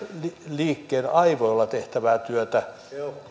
liikkeen aivoilla tehtävää työtä